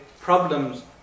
problems